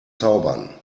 zaubern